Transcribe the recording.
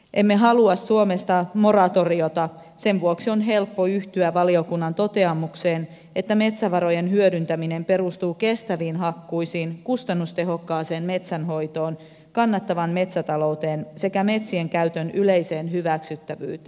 emme halua suomeen moratoriota sen vuoksi on helppo yhtyä valiokunnan toteamukseen että metsävarojen hyödyntäminen perustuu kestäviin hakkuisiin kustannustehokkaaseen metsänhoitoon kannattavaan metsätalouteen se kä metsien käytön yleiseen hyväksyttävyyteen